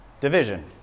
Division